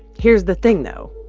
here's the thing, though.